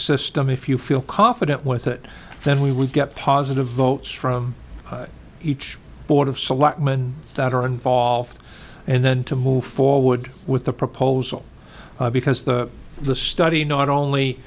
system if you feel confident with it then we would get positive votes from each board of selectmen that are involved and then to move forward with the proposal because the the study not only